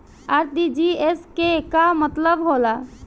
RTGS के का मतलब होला?